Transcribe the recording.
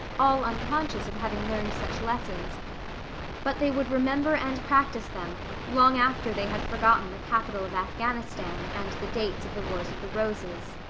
all unconscious of having learned such lessons but they would remember and practice them long after they had forgotten the capital of afghanistan and the dates of the wars of the roses.